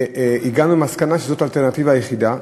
הגענו למסקנה שזו האלטרנטיבה היחידה,